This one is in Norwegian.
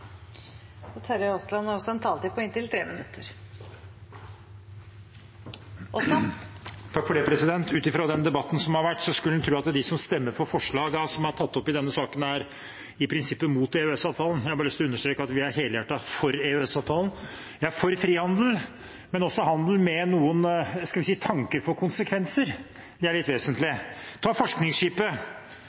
har også en taletid på inntil 3 minutter. Ut fra den debatten som har vært, skulle en tro at de som stemmer for forslagene som er tatt opp i denne saken, i prinsippet er imot EØS-avtalen. Jeg har bare lyst til å understreke at jeg er helhjertet for EØS-avtalen. Jeg er for frihandel, men også handel med noen tanker for konsekvenser, det er litt vesentlig. Ta forskningsskipet: